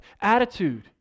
attitude